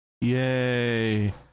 Yay